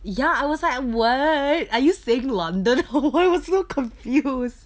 ya I was like what are you staying london or what I was so confused